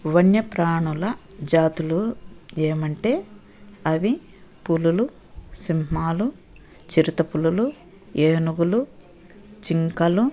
వన్యప్రాణుల జాతులు ఏమంటే అవి పులులు సింహాలు చిరుత పులులు ఏనుగులు జింకలు